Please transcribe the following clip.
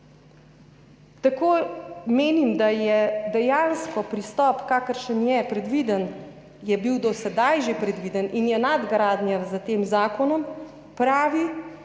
Tako menim, da je dejansko pristop, kakršen je bil do sedaj že predviden in je nadgrajen s tem zakonom, pravi